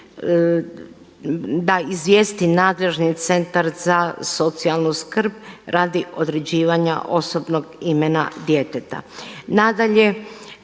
da izvijesti nadležni centar za socijalnu skrb radi određivanja osobnog imena djeteta.